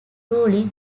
roughly